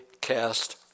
cast